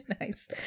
Nice